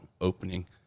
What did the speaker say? opening